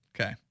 Okay